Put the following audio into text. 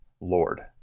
lord